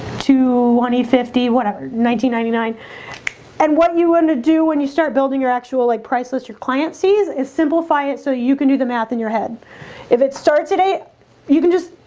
two one eight fifty whatever nineteen ninety nine and what you want to do when you start building your actual like price list? your client sees is simplify it so you can do the math in your head if it starts at eight you can just